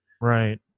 Right